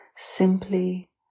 Simply